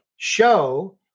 show